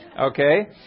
Okay